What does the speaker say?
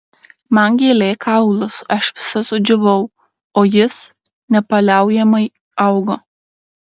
man gėlė kaulus aš visa sudžiūvau o jis nepaliaujamai augo